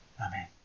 Amen